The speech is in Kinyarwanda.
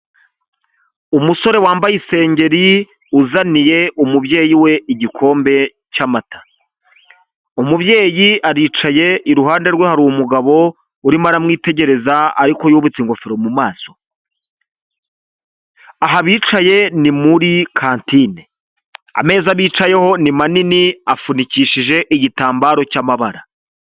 Umusore wambaye isengeri uzaniye umubyeyi we igikombe cy'amata, umubyeyi aricaye, iruhande rwe hari umugabo urimo aramwitegereza ariko yubitse ingofero mu maso, aha bicaye ni muri kantine, ameza bicayeho ni manini, afunikishije igitambaro cy'amabara.